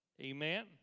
Amen